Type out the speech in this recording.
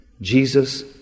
Jesus